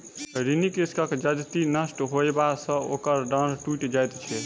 ऋणी कृषकक जजति नष्ट होयबा सॅ ओकर डाँड़ टुइट जाइत छै